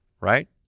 right